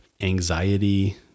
anxiety